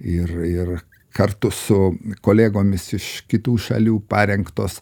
ir ir kartu su kolegomis iš kitų šalių parengtos